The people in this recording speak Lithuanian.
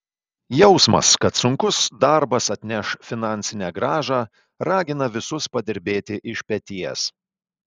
jausmas kad sunkus darbas atneš finansinę grąžą ragina visus padirbėti iš peties